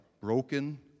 Broken